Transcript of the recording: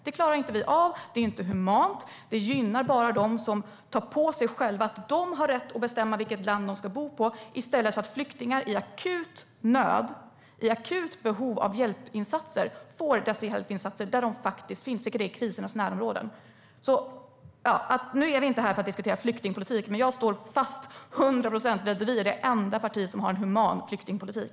Det klarar vi inte av, det är inte humant, det gynnar bara dem som tar på sig själva att de har rätt att bestämma vilket land de ska bo i, i stället för att flyktingar i akut nöd, i akut behov av hjälpinsatser, får dessa hjälpinsatser där de faktiskt finns, vilket är i krisernas närområden. Nu är vi inte här för att diskutera flyktingpolitik. Men jag står fast till hundra procent vid att vi är det enda parti som har en human flyktingpolitik.